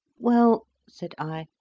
well, said i,